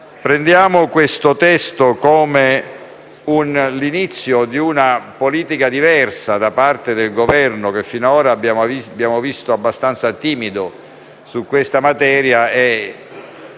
il testo in esame come l'inizio di una politica diversa da parte del Governo, che fino ad ora abbiamo visto essere abbastanza timido su questa materia.